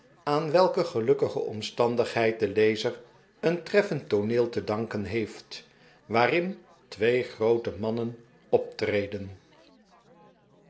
aan welke gelukkige omstandigheid de lezer een treffend tooneel te danken heeft waarin twee groote mannen optreden